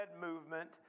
movement